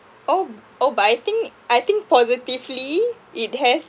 oh oh but I think I think positively it has